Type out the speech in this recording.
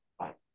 right